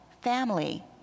family